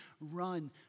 run